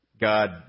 God